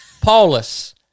Paulus